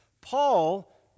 Paul